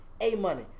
A-Money